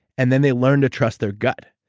and then, they learn to trust their gut.